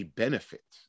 benefit